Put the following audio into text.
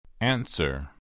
Answer